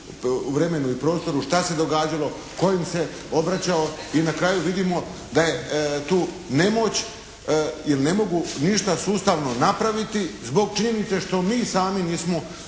u vremenu i prostoru šta se događalo, tko im se obraćao i na kraju vidimo da je tu nemoć jer ne mogu ništa sustavno napraviti zbog činjenice što mi sami nismo